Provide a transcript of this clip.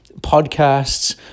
podcasts